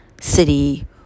city